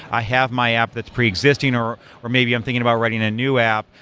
i have my app that's pre-existing or or maybe i'm thinking about writing a new app.